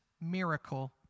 miracle